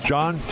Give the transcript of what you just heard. John